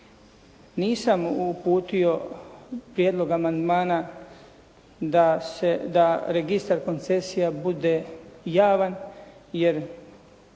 Nisam uputio prijedlog amandmana da registar koncesija bude javan, jer